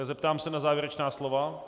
Zeptám se na závěrečná slova.